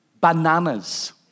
bananas